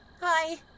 Hi